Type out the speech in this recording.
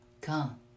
Come